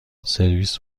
سرویس